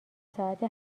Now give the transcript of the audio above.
ساعت